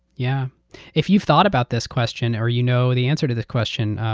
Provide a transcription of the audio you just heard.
yeah if you've thought about this question or you know the answer to this question,